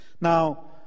now